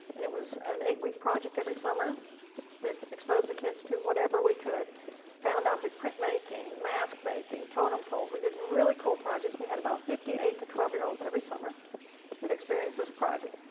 and it was an eight week project every summer that exposed the kids to whatever we could found object, print making, mask making, totem poles, we did really cool projects. we had about fifty eight to twelve-year-olds every summer that experienced this project.